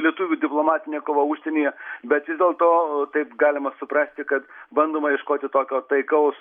lietuvių diplomatinė kova užsienyje bet vis dėlto taip galima suprasti kad bandoma ieškoti tokio taikaus